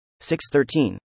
613